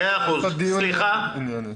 רק דיון ענייני.